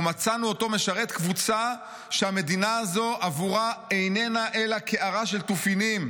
ומצאנו אותו משרת קבוצה שהמדינה הזו עבורה איננה אלא קערה של תופינים.